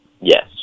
Yes